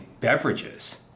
beverages